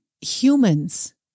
humans